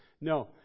No